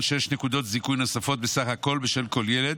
שש נקודות זיכוי נוספות בסך הכול בשל כל ילד,